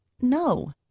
No